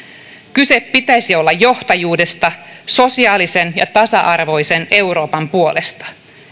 kyse pitäisi olla johtajuudesta sosiaalisen ja tasa arvoisen euroopan puolesta